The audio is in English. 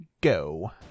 go